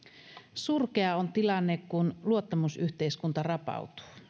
surkea on tilanne kun luottamusyhteiskunta rapautuu